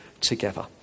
together